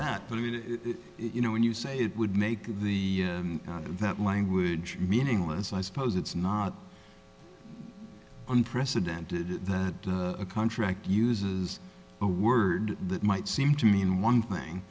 that you know when you say it would make the out of that language meaningless i suppose it's not unprecedented that a contract uses a word that might seem to mean one thing